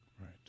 Right